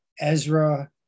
Ezra